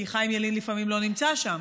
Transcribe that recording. כי חיים ילין לפעמים לא נמצא שם,